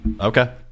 Okay